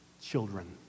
Children